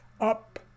up